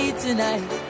tonight